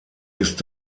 ist